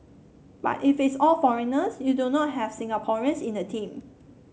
but if it's all foreigners you do not have Singaporeans in the team